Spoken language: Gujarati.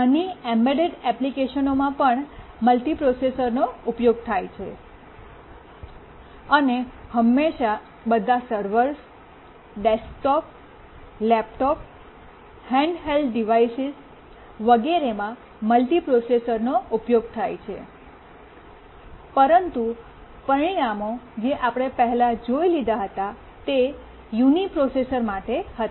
નાના એમ્બેડેડ એપ્લિકેશનોમાં પણ મલ્ટિપ્રોસેસરનો ઉપયોગ થાય છે અને હંમેશાં બધાં સર્વર્સ ડેસ્કટોપ લેપટોપ હેન્ડહેલ્ડ ડિવાઇસીસવગેરેમાં મલ્ટિપ્રોસેસરનો ઉપયોગ થાય છે પરંતુ પરિણામો જે આપણે પહેલાં જોઇ લીધા હતા તે યુનિપ્રોસેસર્સ માટે હતા